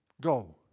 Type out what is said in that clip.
go